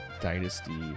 Dynasty